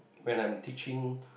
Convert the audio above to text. when I'm teaching